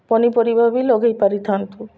ପନିପରିବା ବି ଲଗେଇ ପାରିଥାନ୍ତୁ